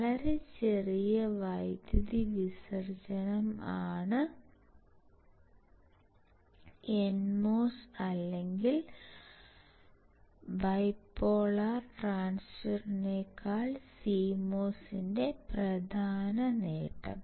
വളരെ ചെറിയ വൈദ്യുതി വിസർജ്ജനം ആണ് NMOS അല്ലെങ്കിൽ ബൈപോളാർ ട്രാൻസിസ്റ്ററിനേക്കാൾ CMOS ന്റെ പ്രധാന നേട്ടം